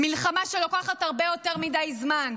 המלחמה לוקחת הרבה יותר מדי זמן.